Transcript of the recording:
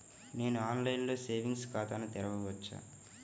నేను ఆన్లైన్లో సేవింగ్స్ ఖాతాను తెరవవచ్చా?